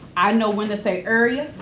i know when to say urrea,